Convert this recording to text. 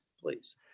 please